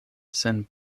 sen